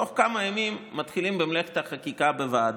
תוך כמה ימים מתחילים במלאכת החקיקה בוועדה,